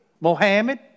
Mohammed